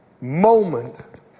moment